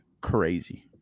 Crazy